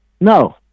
no